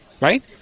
Right